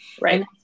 right